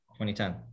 2010